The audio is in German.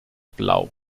blau